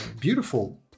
beautiful